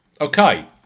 Okay